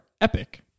Epic